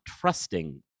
trusting